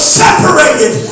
separated